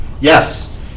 Yes